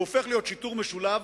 הוא הופך להיות שיטור משולב,